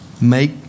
make